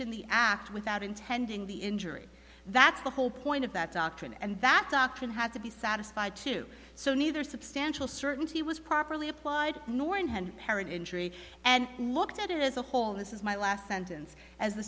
in the act without intending the injury that's the whole point of that doctrine and that doctrine had to be satisfied to so neither substantial certainty was properly applied nor in hand parrott injury and looked at it as a whole this is my last sentence as the